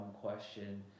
question